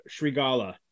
Shrigala